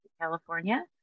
California